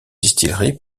distilleries